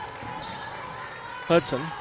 Hudson